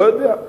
לא יודע.